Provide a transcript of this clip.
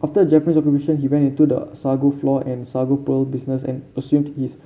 after Japanese Occupation he went into the sago flour and sago pearl business and assumed his